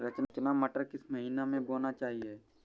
रचना मटर किस महीना में बोना चाहिए?